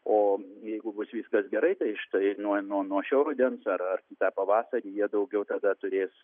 o jeigu bus viskas gerai tai štai nuo nuo nuo šio rudens ar ar kitą pavasarį jie daugiau tada turės